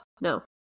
no